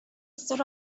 stood